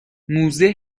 موزه